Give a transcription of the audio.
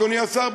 אדוני השר,